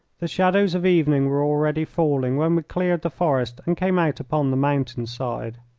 the shadows of evening were already falling when cleared the forest and came out upon the mountain-side.